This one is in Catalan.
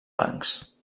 bancs